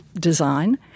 design